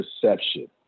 perception